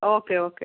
okay okay